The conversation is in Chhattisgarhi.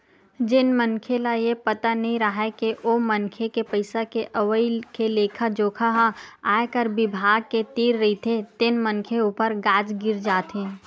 जेन मनखे ल ये पता नइ राहय के ओ मनखे के पइसा के अवई के लेखा जोखा ह आयकर बिभाग के तीर रहिथे तेन मनखे ऊपर गाज गिर जाथे